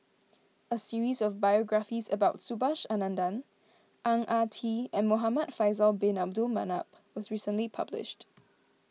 a series of biographies about Subhas Anandan Ang Ah Tee and Muhamad Faisal Bin Abdul Manap was recently published